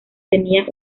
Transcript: tenía